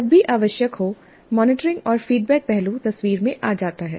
जब भी आवश्यक हो मॉनिटरिंग और फीडबैक पहलू तस्वीर में आ जाता है